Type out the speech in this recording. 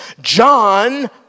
John